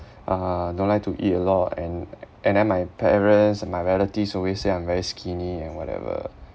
uh don't like to eat a lot and a~and then my parents and my relatives always say I'm very skinny and whatever